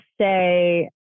say